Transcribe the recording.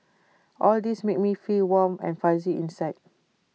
all these make me feel warm and fuzzy inside